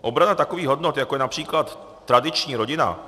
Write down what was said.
Obrana takových hodnot, jako je například tradiční rodina.